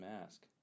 Mask